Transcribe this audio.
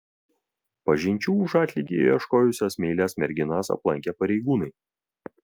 pažinčių už atlygį ieškojusias meilias merginas aplankė pareigūnai